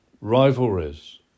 rivalries